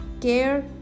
care